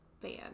band